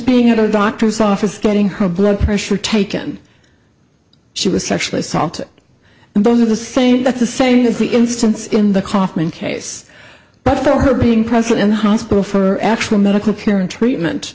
being out of a doctor's office getting her blood pressure taken she was sexually assaulted and those are the same that the same is the instance in the kaufman case but for her being present in the hospital for actual medical care and treatment